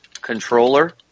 controller